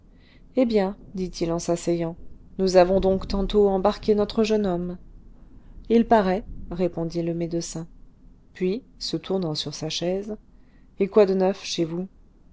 eh bien dit-il en s'asseyant nous avons donc tantôt embarqué notre jeune homme il paraît répondit le médecin puis se tournant sur sa chaise et quoi de neuf chez vous